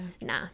nah